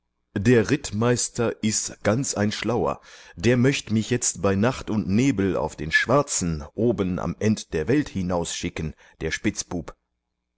der rittmeister is ganz ein schlauer der möcht mich jetzt bei nacht und nebel auf den schwarzen oben am end der welt hinausschicken der spitzbub